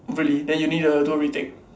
really then you need to do a retake